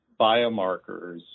biomarkers